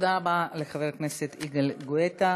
תודה רבה לחבר הכנסת יגאל גואטה.